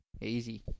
easy